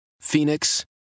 Phoenix